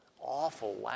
awful